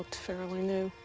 fairly new.